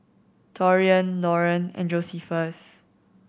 Taurean Lauren and Josephus